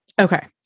Okay